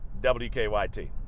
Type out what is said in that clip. WKYT